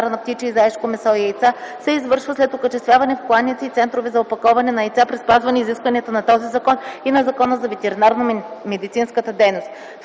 на птиче и заешко месо и яйца се извършва след окачествявяне в кланици и центрове за опаковане на яйца при спазване изискванията на този закон и на Закона за ветеринарномедицинската дейност.”